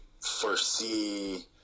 foresee